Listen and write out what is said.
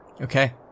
Okay